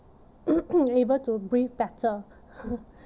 able to breathe better